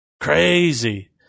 Crazy